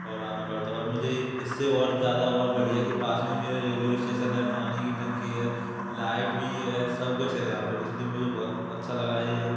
और आना पड़ता और मुझे इससे और ज्यादा और बढ़िया की पास में मेरे रेलवे स्टेशन है पानी की टंकी है लाइट भी है सब कुछ है यहाँ पर इसलिए मुझे बहुत अच्छा लगा ये यहाँ